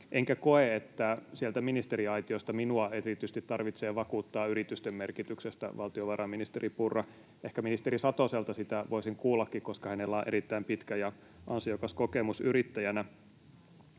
Enkä koe, että sieltä ministeriaitiosta minua erityisesti tarvitsee vakuuttaa yritysten merkityksestä, valtiovarainministeri Purra. Ehkä ministeri Satoselta sitä voisin kuullakin, koska hänellä on erittäin pitkä ja ansiokas kokemus yrittäjänä.